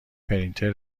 پرینتر